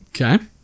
Okay